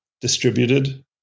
distributed